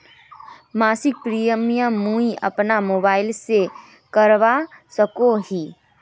मासिक प्रीमियम मुई अपना मोबाईल से करवा सकोहो ही?